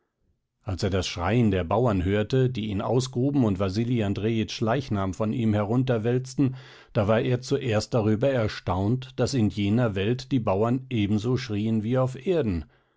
als er das schreien der bauern hörte die ihn ausgruben und wasili andrejitschs leichnam von ihm herunterwälzten da war er zuerst darüber erstaunt daß in jener welt die bauern ebenso schrien wie auf erden